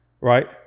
right